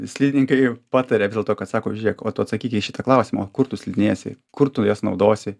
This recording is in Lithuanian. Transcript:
slidininkai jau pataria vis dėlto kad sako žiūrėk o tu atsakyk į šitą klausimą o kur tu slidinėsi kur tu jas naudosi